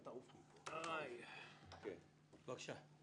בבקשה.